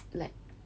like